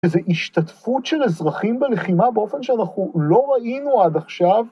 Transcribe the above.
איזו השתתפות של אזרחים בלחימה באופן שאנחנו לא ראינו עד עכשיו.